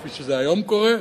כפי שזה היום קורה,